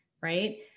right